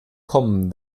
kommen